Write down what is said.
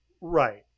Right